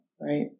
right